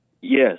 Yes